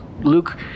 Luke